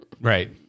Right